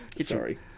Sorry